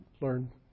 learn